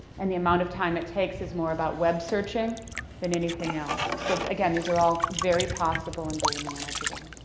and the amount of time it takes is more about web searching than anything else. so, again, these are all very possible and very manageable.